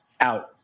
out